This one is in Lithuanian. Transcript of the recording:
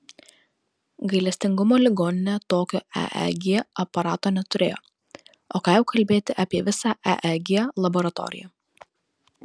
gailestingumo ligoninė tokio eeg aparato neturėjo o ką jau kalbėti apie visą eeg laboratoriją